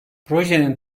projenin